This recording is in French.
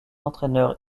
entraîneurs